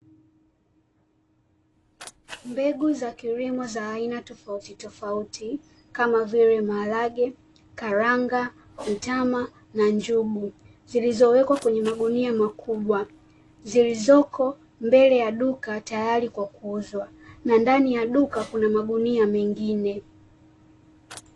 Mbegu za kilimo za aina tofauti tofauti, kama vile maharage, karanga, mtama, na njugu, zilizowekwa kwenye magunia makubwa, zilizoko mbele ya duka tayari kwa kuuzwa, na ndani ya duka, kuna magunia mengine.